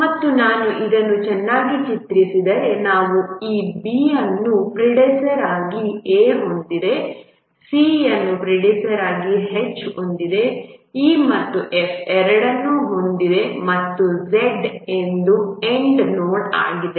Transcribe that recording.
ಮತ್ತು ನಾನು ಇದನ್ನು ಚೆನ್ನಾಗಿ ಚಿತ್ರಿಸಿದರೆ ನಾವು ಈ B ಅನ್ನು ಪ್ರಿಡೆಸೆಸ್ಸರ್ ಆಗಿ A ಹೊಂದಿದ್ದೆ C ಯನ್ನು ಪ್ರಿಡೆಸೆಸ್ಸರ್ ಆಗಿ H ಹೊಂದಿದೆ E ಮತ್ತು F ಎರಡನ್ನೂ ಹೊಂದಿದೆ ಮತ್ತು Z ಒಂದು ಎಂಡ್ ನೋಡ್ ಆಗಿದೆ